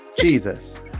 Jesus